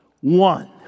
one